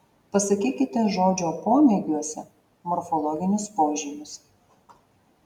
pasakykite žodžio pomėgiuose morfologinius požymius